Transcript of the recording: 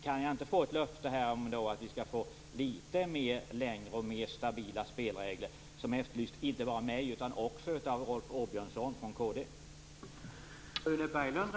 Kan jag inte få ett löfte här om litet längre tid och mera stabila spelregler, något som efterlyses inte bara av mig utan också av Rolf Åbjörnsson från Kristdemokraterna?